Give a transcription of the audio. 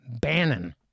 Bannon